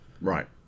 Right